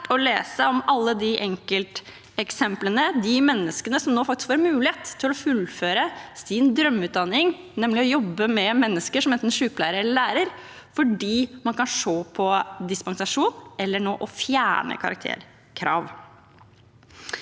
å lese om alle de enkelteksemplene, de menneskene som nå faktisk får en mulighet til å fullføre sin drømmeutdanning, nemlig å jobbe med mennesker som enten sykepleier eller lærer, fordi man kan se på dispensasjon eller fjerne karakterkrav.